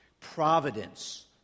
providence